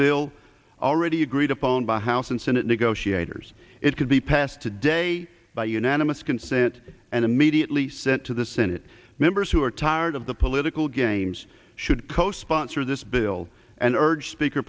bill already agreed upon by house and senate negotiators it could be passed today by unanimous consent and immediately sent to the senate members who are tired of the political games should co sponsor this bill and urge speaker